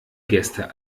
gäste